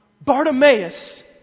Bartimaeus